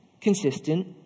consistent